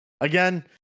Again